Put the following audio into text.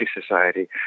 society